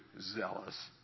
zealous